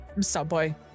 Subway